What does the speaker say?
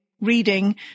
reading